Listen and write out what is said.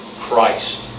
Christ